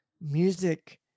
music